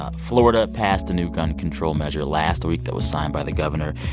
ah florida passed a new gun control measure last week that was signed by the governor.